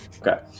Okay